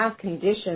conditions